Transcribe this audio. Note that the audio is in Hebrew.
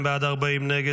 32 בעד, 40 נגד.